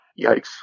Yikes